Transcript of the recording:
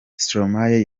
stromae